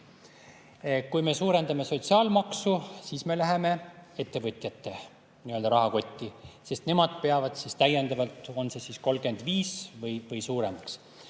Kui me suurendame sotsiaalmaksu, siis me läheme ettevõtjate rahakoti kallale, sest nemad peavad täiendavalt maksma, on see siis 35% või suurem maks.